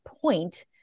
point